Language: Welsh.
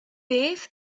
beth